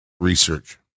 Research